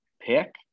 pick